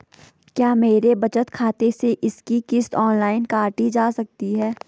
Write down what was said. क्या मेरे बचत खाते से इसकी किश्त ऑनलाइन काटी जा सकती है?